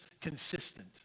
consistent